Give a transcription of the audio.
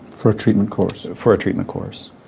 for a treatment course? for a treatment course.